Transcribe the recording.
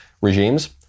regimes